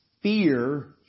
Fear